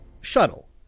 Shuttle